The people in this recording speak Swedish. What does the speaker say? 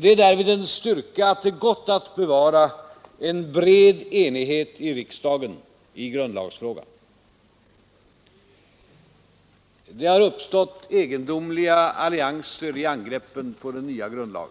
Det är därvid en styrka att det gått att bevara en bred enighet i riksdagen i grundlagsfrågan. Det har uppstått egendomliga allianser i angreppen på den nya grundlagen.